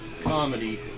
comedy